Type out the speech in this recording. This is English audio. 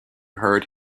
heard